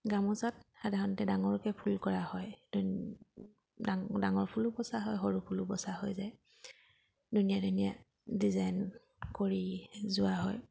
গামোচাত সাধাৰণতে ডাঙৰকৈ ফুল কৰা হয় ডাঙ ডাঙৰ ফুলো বচা হয় সৰু ফুলো বচা হৈ যায় ধুনীয়া ধুনীয়া ডিজাইন কৰি যোৱা হয়